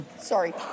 Sorry